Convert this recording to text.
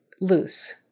loose